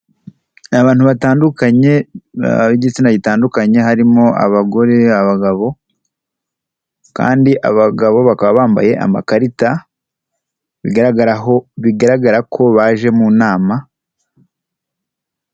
abantu batandukanye b'igitsina gitandukanye harimo: abagore, abagabo kandi abagabo bakaba bambaye amakarita bigaragara ko baje mu nama.